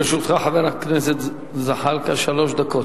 לרשותך, חבר הכנסת זחאלקה, שלוש דקות.